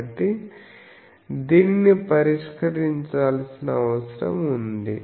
కాబట్టి దీనిని పరిష్కరించాల్సిన అవసరం ఉంది